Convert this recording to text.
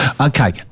Okay